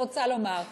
אני רוצה לומר,